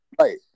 Right